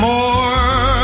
more